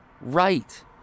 right